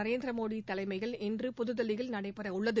நரேந்திரமோடி தலைமையில் இன்று புதுதில்லியில் நடைபெற உள்ளது